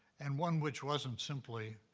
and one which wasn't simply